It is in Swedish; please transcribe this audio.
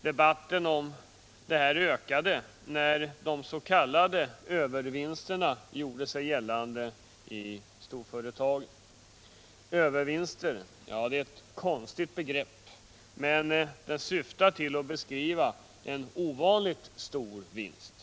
Debatten om detta ökade när de s.k. övervinsterna blev aktuella i storföretagen. ”Övervinster” är ett konstigt begrepp, men det syftar helt enkelt på en ovanligt stor vinst.